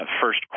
first